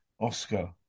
Oscar